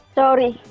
sorry